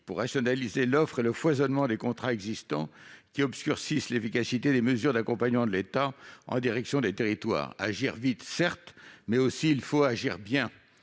pour rationaliser l'offre et le foisonnement des contrats existants qui obscurcissent l'efficacité des mesures d'accompagnement de l'État en direction des territoires. Certes, il faut agir vite,